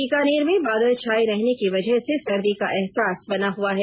बीकानेर में बादल छाये रहने की वजह से सर्दी का अहसास बना हुआ है